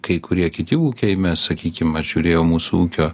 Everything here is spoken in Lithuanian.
kai kurie kiti ūkiai mes sakykim aš žiūrėjau mūsų ūkio